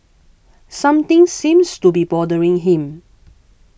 something seems to be bothering him